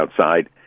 outside